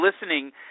listening